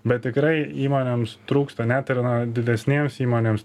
bet tikrai įmonėms trūksta net ir na didesnėms įmonėms